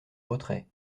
retrait